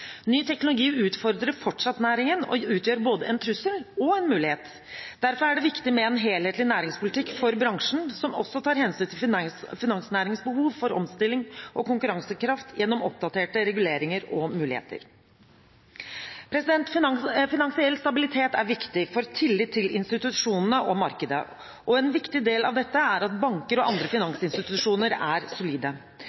Ny teknologi utfordrer fortsatt næringen og utgjør både en trussel og en mulighet. Derfor er det viktig med en helhetlig næringspolitikk for bransjen, som også tar hensyn til finansnæringens behov for omstilling og konkurransekraft gjennom oppdaterte reguleringer og muligheter. Finansiell stabilitet er viktig for tillit til institusjonene og markedet. En viktig del av dette er at banker og andre